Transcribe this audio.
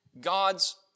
God's